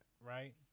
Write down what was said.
right